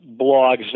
blogs